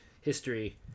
history